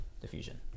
diffusion